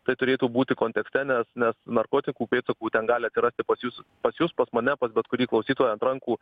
tai turėtų būti kontekste nes nes narkotikų pėdsakų ten gali atsirasti pas jus pas jus pas mane pas bet kurį klausytoją atrankų